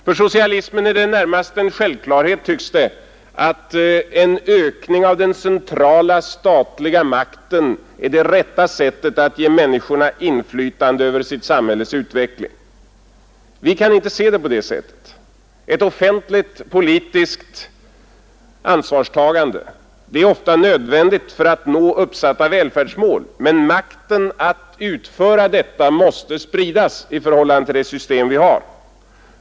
För socialismen tycks det närmast vara en självklarhet att en ökning av den centrala statliga makten är det rätta sättet att ge människorna inflytande över sitt samhälles utveckling. Vi kan inte se det på det sättet. Ett offentligt politiskt ansvarstagande är ofta nödvändigt för att nå uppsatta välfärdsmål, men makten när det gäller att genomföra dessa måste spridas inom det system vi har.